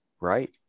Right